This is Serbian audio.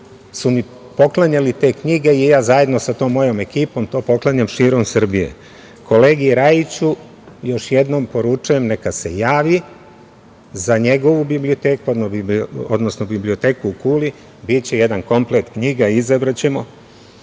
su mi poklanjali te knjige, i ja zajedno sa tom mojom ekipom to poklanjam širom Srbije. Kolegi Rajiću još jednom poručujem neka se javi za njegovu biblioteku, odnosno biblioteku u Kuli, biće jedan komplet knjiga, izabraćemo